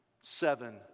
seven